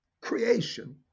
creation